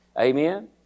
Amen